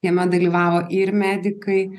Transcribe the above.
jame dalyvavo ir medikai